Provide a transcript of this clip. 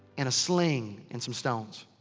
and a sling. and some stones.